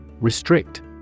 Restrict